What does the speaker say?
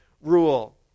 rule